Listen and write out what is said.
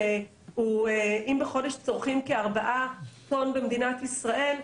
אם בחודש צורכים כ-4 טון במדינת ישראל,